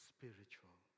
Spiritual